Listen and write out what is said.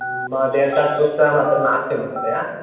महोदय तत् पुस्तकम् अत्र नास्ति महोदय